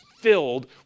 filled